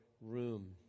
room